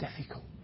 difficult